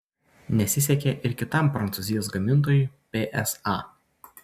nesisekė ir kitam prancūzijos gamintojui psa